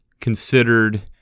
considered